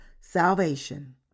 salvation